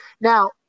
Now